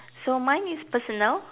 so mine is personal